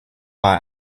bei